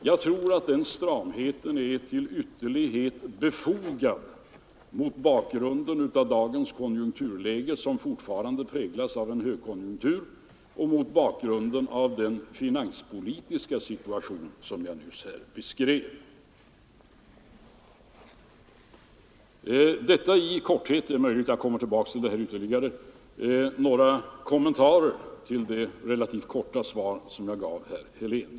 Jag tror att den stramheten är ytterligt befogad mot bakgrunden av dagens konjunkturläge som fortfarande präglas av en högkonjunktur och mot bakgrunden av den finanspolitiska situation som jag nyss här beskrev. Detta var i korthet — det är möjligt att jag kommer tillbaka till frågan ytterligare — några kommentarer till det relativt korta svar jag gav herr Helén.